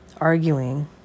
arguing